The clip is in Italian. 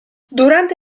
durante